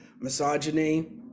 misogyny